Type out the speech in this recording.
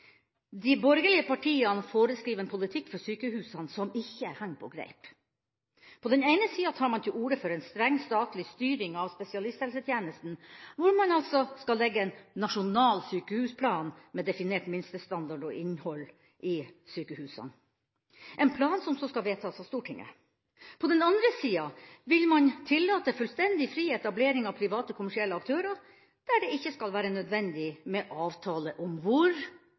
De borgerlige partiene foreskriver en politikk for sykehusene som ikke henger på greip. På den ene sida tar man til orde for en streng statlig styring av spesialisthelsetjenesten, hvor man altså skal legge en nasjonal sykehusplan med definert minstestandard og innhold i sykehusene – en plan som så skal vedtas av Stortinget. På den andre sida vil man tillate fullstendig fri etablering av private, kommersielle aktører, der det ikke skal være nødvendig med avtale om hvor